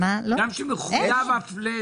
פלט, גם שמחויב הפלט